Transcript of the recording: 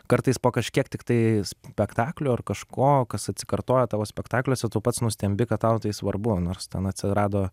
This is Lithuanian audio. kartais po kažkiek tiktai spektaklių ar kažko kas atsikartoja tavo spektakliuose tu pats nustembi kad tau tai svarbu nors ten atsirado